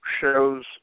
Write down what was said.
shows